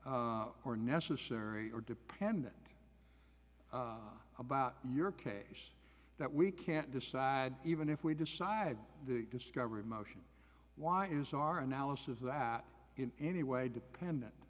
or necessary or dependent about your case that we can't decide even if we decide the discovery motion why is our analysis of that in any way dependent